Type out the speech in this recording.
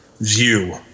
view